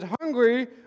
hungry